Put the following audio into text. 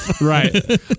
right